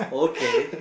okay